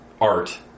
art